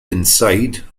inside